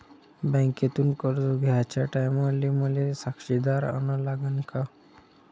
बँकेतून कर्ज घ्याचे टायमाले मले साक्षीदार अन लागन का?